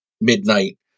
midnight